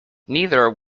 neither